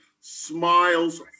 Smiles